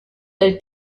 del